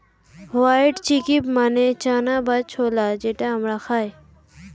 white chickpea মানে চানা বা ছোলা যেটা আমরা খাই